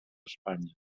espanya